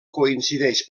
coincideix